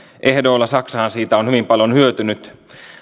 ehdoilla saksahan siitä on hyvin paljon hyötynyt